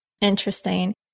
Interesting